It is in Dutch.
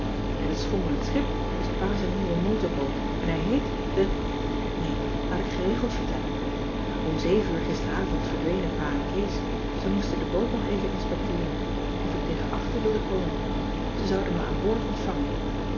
en t schommelend schip is pa z'n nieuwe motorboot en hij heet de nee laat ik geregeld vertellen om zeven uur gisteravond verdwenen pa en kees ze moesten de boot nog even inspecteeren of ik tegen achten wilde komen ze zouden me aan boord ontvangen